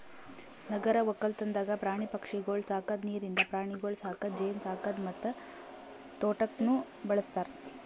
ನಗರ ಒಕ್ಕಲ್ತನದಾಗ್ ಪ್ರಾಣಿ ಪಕ್ಷಿಗೊಳ್ ಸಾಕದ್, ನೀರಿಂದ ಪ್ರಾಣಿಗೊಳ್ ಸಾಕದ್, ಜೇನು ಸಾಕದ್ ಮತ್ತ ತೋಟಕ್ನ್ನೂ ಬಳ್ಸತಾರ್